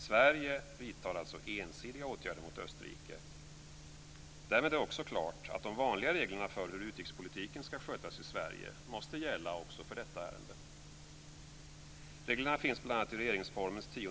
Sverige vidtar alltså ensidiga åtgärder mot Österrike. Därmed är det också klart att de vanliga reglerna för hur utrikespolitiken ska skötas i Sverige måste gälla också för detta ärende.